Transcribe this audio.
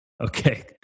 Okay